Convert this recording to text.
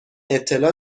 اطلاع